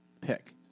pick